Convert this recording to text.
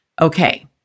Okay